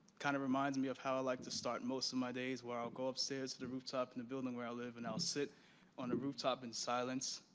kind of reminds me of how i like to start most of my days, where i'll go upstairs to the rooftop in the building where i live. and i'll sit on the rooftop in silence.